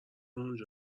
اونجا